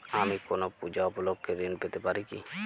আমি কোনো পূজা উপলক্ষ্যে ঋন পেতে পারি কি?